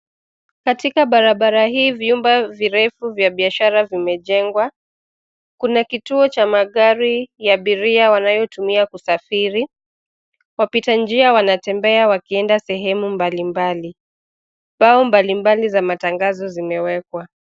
Katika barabara hii, vyumba virefu vya biashara vimejengwa . Kuna kituo cha magari ya abiria wanayotumia kusafiri. Wapita njia wanatembea wakienda sehemu mbali mbali . Mbao mbali mbali za matangazo zimewekwa.